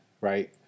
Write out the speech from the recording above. right